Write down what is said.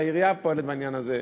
והעירייה פועלת בעניין הזה.